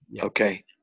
Okay